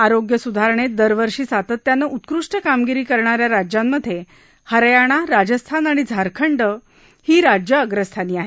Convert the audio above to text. आरोग्य सुधारणेत दरवर्षी सातत्यानं उत्कृष्ट कामगिरी करणा या राज्यांमधे हरियाणा राजस्थान आणि झारखंड राज्य अग्रस्थानी आहेत